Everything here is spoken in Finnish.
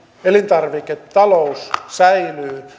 elintarviketaloutemme säilyy